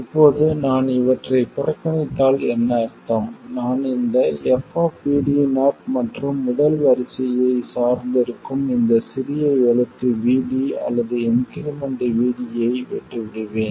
இப்போது நான் இவற்றைப் புறக்கணித்தால் என்ன அர்த்தம் நான் இந்த f மற்றும் முதல் வரிசையை சார்ந்து இருக்கும் இந்த சிறிய எழுத்து vd அல்லது இன்க்ரிமென்ட் vd ஐ விட்டுவிடுவேன்